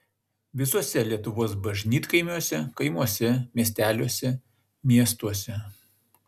visuose lietuvos bažnytkaimiuose kaimuose miesteliuose miestuose